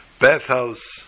bathhouse